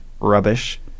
rubbish